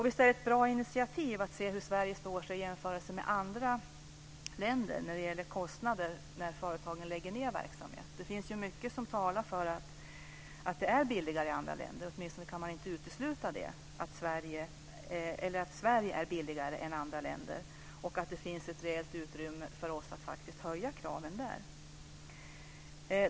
Visst är det ett bra initiativ att se hur Sverige står sig i jämförelse med andra länder när det gäller kostnader för företagen att lägga ned verksamhet. Det finns mycket som talar för att det i Sverige är billigare än i andra länder och att det finns ett rejält utrymme för oss att öka kraven.